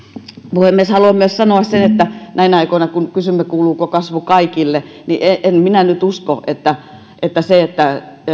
puhemies haluan sanoa myös sen että näinä aikoina kun kysymme kuuluuko kasvu kaikille niin en minä nyt usko että että se että